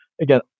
Again